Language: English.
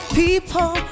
people